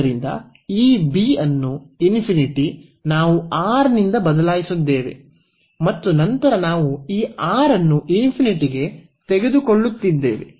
ಆದ್ದರಿಂದ ಈ b ಅನ್ನು ∞ ನಾವು ಈ R ನಿಂದ ಬದಲಾಯಿಸಿದ್ದೇವೆ ಮತ್ತು ನಂತರ ನಾವು ಈ ಆರ್ ಅನ್ನು ಗೆ ತೆಗೆದುಕೊಳ್ಳುತ್ತಿದ್ದೇವೆ